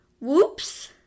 whoops